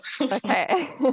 Okay